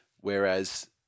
Whereas